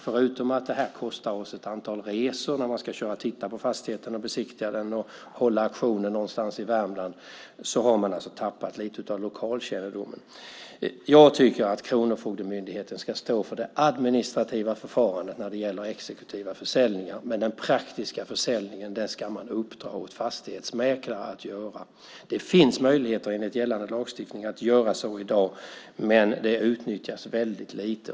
Förutom att det kostar ett antal resor när man ska köra dit och titta på fastigheten, besiktiga den och hålla auktionen någonstans i Värmland har man alltså tappat lite av lokalkännedomen. Jag tycker att Kronofogdemyndigheten ska stå för det administrativa förfarandet när det gäller exekutiva försäljningar, men den praktiska försäljningen ska man uppdra åt fastighetsmäklare att göra. Det finns möjligheter enligt gällande lagstiftning att göra så i dag, men det utnyttjas väldigt lite.